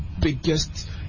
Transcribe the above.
biggest